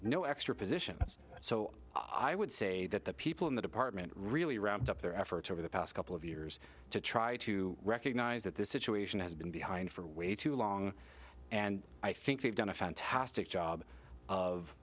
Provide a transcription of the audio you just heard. no extra position so i would say that the people in the department really ramped up their efforts over the past couple of years to try to recognize that this situation has been behind for way too long and i think they've done a fantastic job of